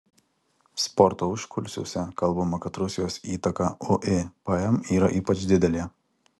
sporto užkulisiuose kalbama kad rusijos įtaka uipm yra ypač didelė